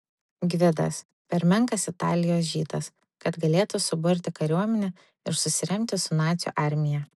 gvidas per menkas italijos žydas kad galėtų suburti kariuomenę ir susiremti su nacių armija